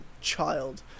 child